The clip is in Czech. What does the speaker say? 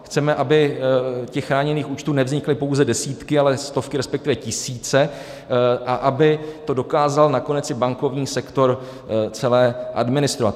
Chceme, aby chráněných účtů nevznikly pouze desítky, ale stovky, resp. tisíce, a aby to dokázal nakonec i bankovní sektor celé administrovat.